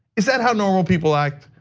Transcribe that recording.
is that how normal people act?